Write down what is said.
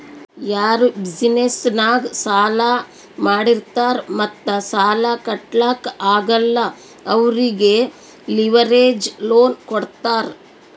ಯಾರು ಬಿಸಿನೆಸ್ ನಾಗ್ ಸಾಲಾ ಮಾಡಿರ್ತಾರ್ ಮತ್ತ ಸಾಲಾ ಕಟ್ಲಾಕ್ ಆಗಲ್ಲ ಅವ್ರಿಗೆ ಲಿವರೇಜ್ ಲೋನ್ ಕೊಡ್ತಾರ್